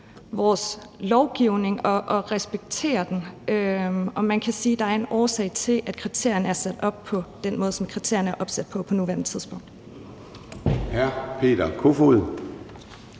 vores lovgivning og respektere den. Og man kan sige, at der er en årsag til, at kriterierne er sat op på den måde, som kriterierne på nuværende tidspunkt